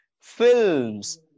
films